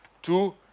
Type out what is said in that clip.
Two